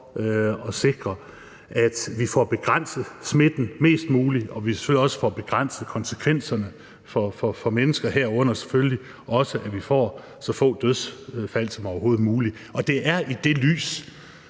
at sikre, at vi får begrænset smitten mest muligt, og at vi selvfølgelig også får begrænset konsekvenserne for mennesker, herunder selvfølgelig også at vi får så få dødsfald som overhovedet muligt. Det er i det lys,